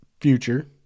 future